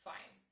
Fine